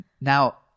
now